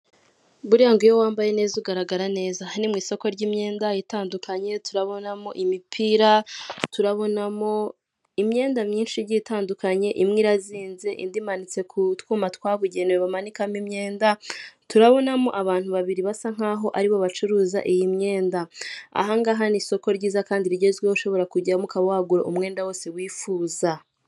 Buriya ngo iyo wambaye neza ugaragara neza, aha mu isoko ry'imyenda itandukanye turabonamo imipira, turabona imyenda myinshi igiye tandukanye, imwe irazinze indi imanitse ku twuma twabugenewe bamanikamo imyenda, turabonamo abantu babiri basa nk'aho aribo bacuruza iyi myenda. Ahangaha ni isoko ryiza kandi rigezweho ushobora kujyamo ukaba wagura umwenda wose wifuza.